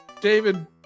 david